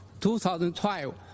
2012